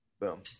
Boom